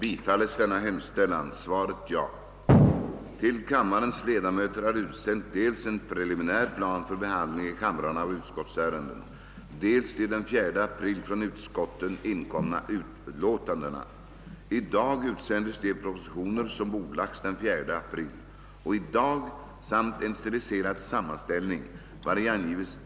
Jag erinrar om att riksdagen efter detta plenums slut gör påskuppehåll och att nästa plenum hålles onsdagen den 17 ds kl. 11.00.